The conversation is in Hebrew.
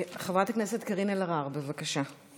חברת הכנסת קארין אלהרר, בבקשה.